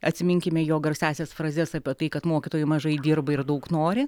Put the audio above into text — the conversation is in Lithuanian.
atsiminkime jo garsiąsias frazes apie tai kad mokytojai mažai dirba ir daug nori